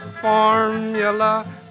formula